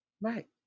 right